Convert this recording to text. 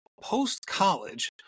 post-college